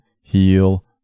heal